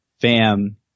fam